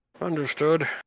Understood